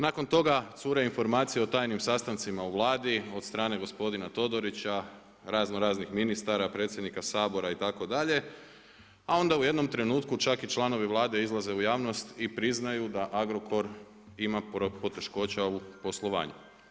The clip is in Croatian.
Nakon toga cure informacije o tajnim sastancima u Vladi od strane gospodina Todorića, razno raznih ministara, predsjednika Sabora itd., a onda u jednom trenutku čak i članovi Vlade izlaze u javnost i priznaju da Agrokor ima poteškoća u poslovanju.